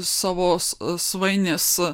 savos svainės